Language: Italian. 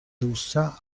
russa